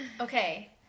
Okay